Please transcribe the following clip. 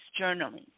journaling